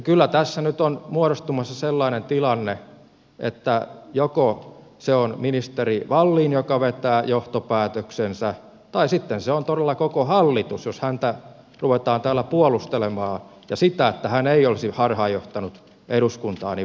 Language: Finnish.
kyllä tässä nyt on muodostumassa sellainen tilanne että joko se on ministeri wallin joka vetää johtopäätöksensä tai sitten se on todella koko hallitus jos häntä ruvetaan täällä puolustelemaan ja väittämään sellaista että hän ei olisi harhaanjohtanut eduskuntaa